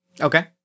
Okay